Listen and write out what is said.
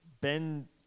Ben